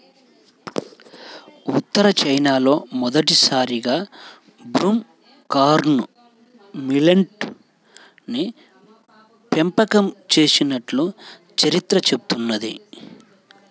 ఉత్తర చైనాలో మొదటిసారిగా broom corn millet ని పెంపకం చేసినట్లు చరిత్ర చెబుతున్నది